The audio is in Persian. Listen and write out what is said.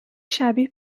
شبیه